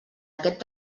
aquest